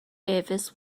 davis